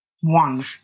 One